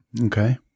Okay